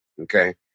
Okay